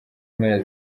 mpera